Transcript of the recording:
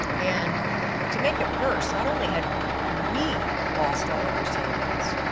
and to make it worse not only had we lost all of our savings,